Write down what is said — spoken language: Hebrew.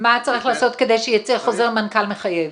מה צריך לעשות כדי שייצא חוזר מנכ"ל מחייב?